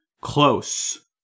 close